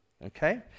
Okay